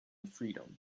freedom